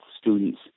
students